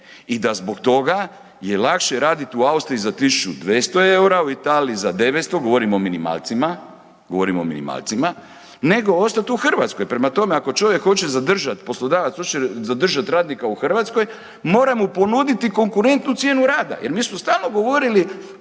i da zbog toga je lakše raditi u Austriji za 1.200 eura, u Italiji za 900, govorimo o minimalcima, govorimo o minimalcima, nego ostat u Hrvatskoj. Prema tome, ako čovjek hoće zadržat, poslodavac hoće zadržat radnika u Hrvatskoj mora mu ponuditi konkurentnu cijenu rada jel mi smo stalno govorili